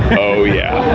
oh yeah.